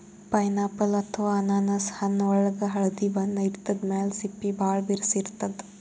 pineapple ಅಥವಾ ಅನಾನಸ್ ಹಣ್ಣ್ ಒಳ್ಗ್ ಹಳ್ದಿ ಬಣ್ಣ ಇರ್ತದ್ ಮ್ಯಾಲ್ ಸಿಪ್ಪಿ ಭಾಳ್ ಬಿರ್ಸ್ ಇರ್ತದ್